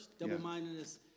double-mindedness